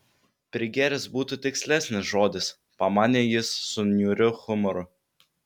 prigėręs būtų tikslesnis žodis pamanė jis su niūriu humoru